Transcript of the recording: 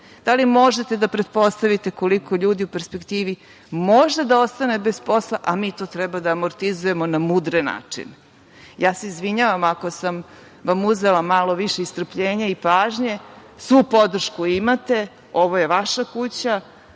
da li možete da pretpostavite koliko ljudi u perspektivi može da ostane bez posla, a mi to treba da amortizujemo na mudre načine. Ja se izvinjavam ako sam vam uzela malo više strpljenja i pažnje. Svu podršku imate. Ovo je vaša kuća.